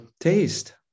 taste